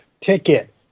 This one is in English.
ticket